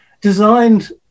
designed